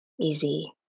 easy